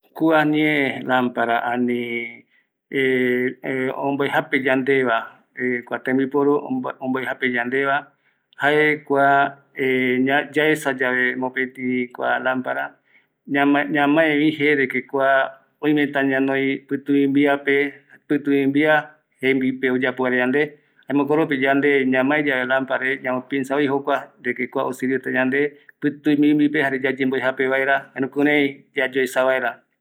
kua ñee lampra, ani omboejape yandeva, kua tembi poru omboejape yandeva, jae kua yaesa yave mopëtï kua lampara, ñamaevi jee de que kua oimeta ñanoi, pïtü mimbiape, pïtü mimbia tembipe oyapo vaera yande, jaema jokoropi yande ñamae yave lamparare, yamo piensavoy jokuare, de que kua osiriveta yande, pïtu mimbipe, jare yaemboejape vaera, Jare jukurai yayoesa vaera.